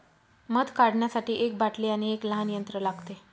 मध काढण्यासाठी एक बाटली आणि एक लहान यंत्र लागते